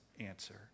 answer